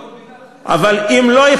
לא,